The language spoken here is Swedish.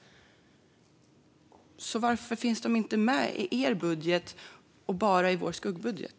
Varför finns de inte med i er budget utan bara i vår skuggbudget?